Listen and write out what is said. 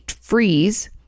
freeze